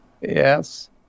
Yes